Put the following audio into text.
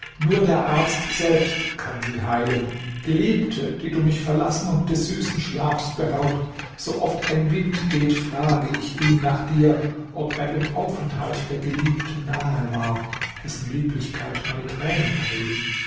nur der arzt selbst kann sie heilen geliebte die du mich verlassen und des süßen schlafs beraubt so oft ein wind geht frage ich ihn nach dir ob er dem aufenthalt der geliebten nahe war dessen lieblichkeit meine tränen erregen